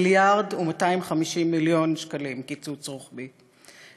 1.25 מיליארד שקלים קיצוץ רוחבי,